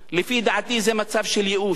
לפי דעתי זה מצב של ייאוש.